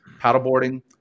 paddleboarding